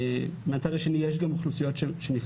אבל מהצד השני יש גם אוכלוסיות שנפגעות.